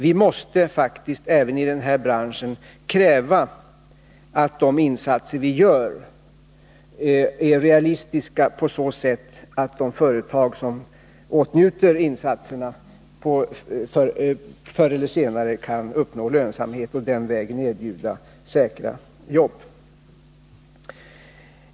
Vi måste faktiskt även i den här branschen kräva att de insatser vi gör är realistiska på så sätt att de företag som åtnjuter insatserna förr eller senare kan uppnå lönsamhet och på den vägen kunna erbjuda säkra jobb.